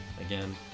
again